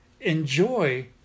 enjoy